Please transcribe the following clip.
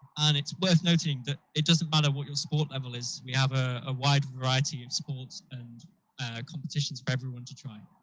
and it's worth noting it doesn't matter what your sport level is we have a ah wide variety of sports and competitions for everyone to try?